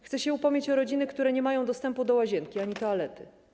Chcę się upomnieć o rodziny, które nie mają dostępu do łazienki ani toalety.